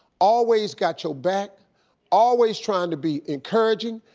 always got your back always trying to be encouraging,